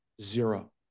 zero